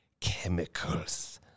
chemicals